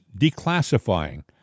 declassifying